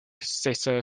cesar